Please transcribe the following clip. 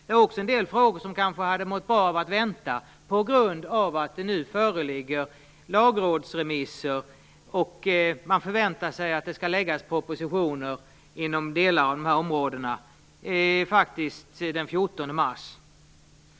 En del frågor hade kanske mått bra av att vänta på grund av att det nu föreligger lagrådsremisser. Man förväntar sig att det skall läggas fram propositioner på delar av dessa områden den 14 mars.